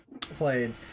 played